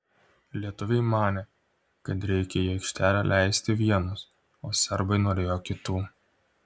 lietuviai manė kad reikia į aikštelę leisti vienus o serbai norėjo kitų